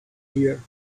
here